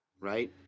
right